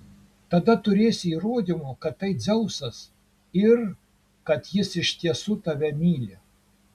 tada turėsi įrodymų kad tai dzeusas ir kad jis iš tiesų tave myli